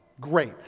Great